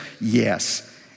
yes